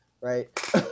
right